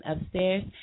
upstairs